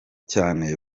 cyane